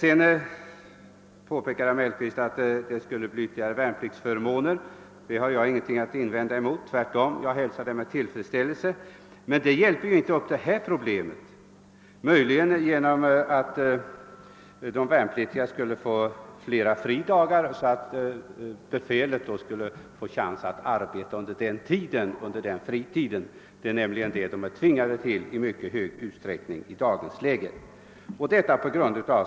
Herr Mellqvist påpekar att det skulle bli ytterligare värnpliktsförmåner. Jag har ingenting att invända mot detta; tvärtom hälsar jag det med tilfredsställelse, men det löser inte det här problemet. Möjligen hjälper det genom att de värnpliktiga skulle få fler fridagar, varigenom befälet skulle få en chans att arbeta under fritiden. Det är nämligen vad de i mycket stor utsträckning är tvingade till att göra i dagens läge.